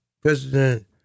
President